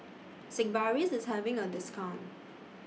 Sigvaris IS having A discount